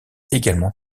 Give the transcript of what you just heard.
également